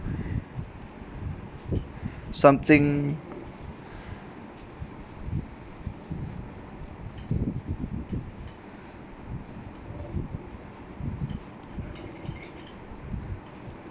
something